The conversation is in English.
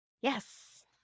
Yes